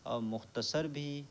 اور مختصربھی